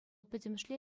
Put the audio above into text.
пӗтӗмӗшле